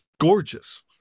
gorgeous